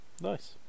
Nice